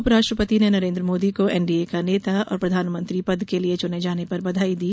उप राष्ट्रपति ने नरेन्द्र मोदी को एनडीए का नेता और प्रधानमंत्री पद के लिये चुने जाने पर बधाई दी